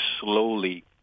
slowly